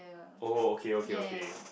oh okay okay okay